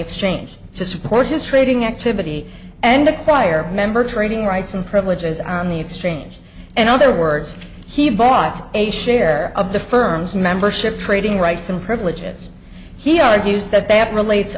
exchange to support his trading activity and acquire member trading rights and privileges on the exchange and other words he bought a share of the firm's membership trading rights and privileges he argues that they have relates